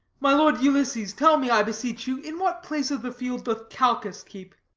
my lord ulysses, tell me, i beseech you, in what place of the field doth calchas keep?